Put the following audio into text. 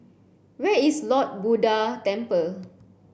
where is Lord Buddha Temple